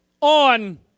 on